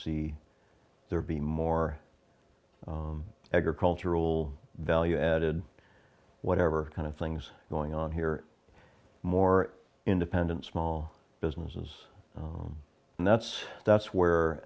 see there be more agricultural value added whatever kind of things going on here more independent small businesses and that's that's where